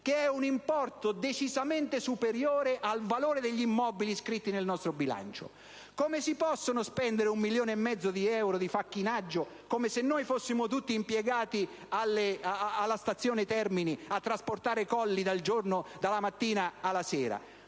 che è un importo decisamente superiore al valore degli immobili iscritti nel nostro bilancio? Come si possono spendere 1,5 milioni di euro di facchinaggio, come se noi fossimo tutti impiegati presso la stazione Termini a trasportare colli dalla mattina alla sera?